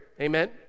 amen